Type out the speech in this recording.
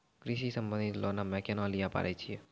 कृषि संबंधित लोन हम्मय केना लिये पारे छियै?